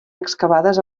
excavades